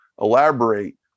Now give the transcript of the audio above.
elaborate